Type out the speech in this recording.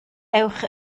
ewch